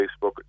Facebook